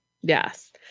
yes